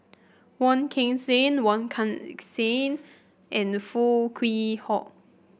Wong Kan Seng Wong Kan Seng and Foo Kwee Horng